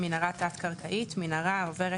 "מנהרה תת קרקעית" - מנהרה העוברת,